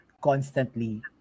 constantly